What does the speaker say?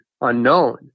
unknown